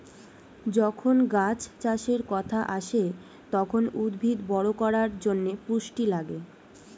যখন গাছ চাষের কথা আসে, তখন উদ্ভিদ বড় করার জন্যে পুষ্টি লাগে